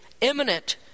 imminent